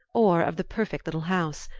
or of the perfect little house,